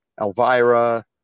Elvira